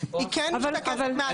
היא כן משתקפת מהנוסח.